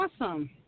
awesome